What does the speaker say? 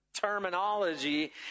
terminology